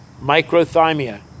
Microthymia